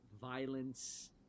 violence